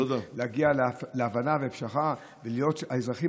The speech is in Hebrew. להגיע להבנה ופשרה ולראות את האזרחים